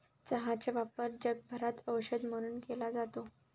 चहाचा वापर जगभरात औषध म्हणून केला जातो